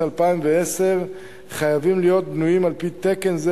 2010 חייבים להיות בנויים על-פי תקן זה,